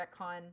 retcon